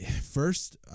First